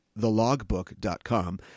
thelogbook.com